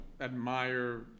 admire